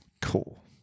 Cool